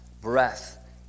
breath